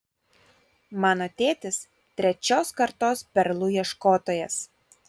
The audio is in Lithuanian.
mano tėtis trečios kartos perlų ieškotojas